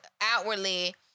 outwardly